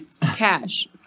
cash